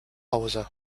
hause